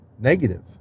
negative